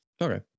Okay